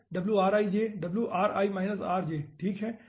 Wrij ठीक है